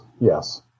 yes